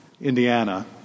Indiana